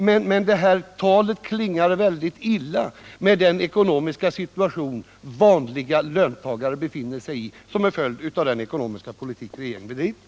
Men det talet rimmar väldigt illa med den ekonomiska situation som vanliga löntagare befinner sig i. som en följd av den ekonomiska politik som regeringen bedriver.